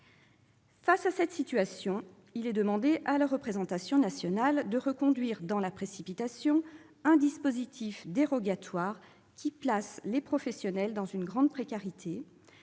Face à cette situation, il est demandé à la représentation nationale de reconduire dans la précipitation un dispositif dérogatoire qui place les professionnels dans une grande précarité